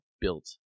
built